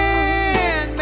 Man